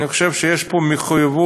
אני חושב שיש פה מחויבות